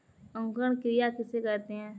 अंकुरण क्रिया किसे कहते हैं?